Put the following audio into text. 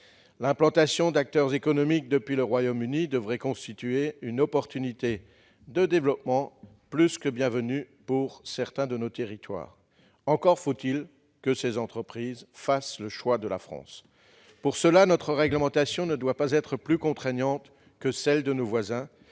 L'implantation d'acteurs économiques depuis le Royaume-Uni devrait constituer une opportunité de développement plus que bienvenue pour certains de nos territoires. Encore faut-il que ces entreprises fassent le choix de la France ! Pour cela, notre réglementation ne doit pas être plus contraignante que celle de nos voisins,